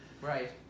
right